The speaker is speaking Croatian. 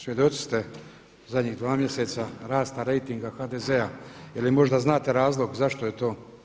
Svjedoci ste zadnjih dva mjeseca rasta rejtinga HDZ-a ili možda znate razlog zašto je to?